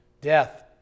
death